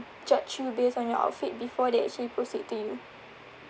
judge you based on your outfit before they actually proceed to you